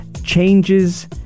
changes